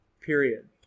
period